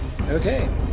Okay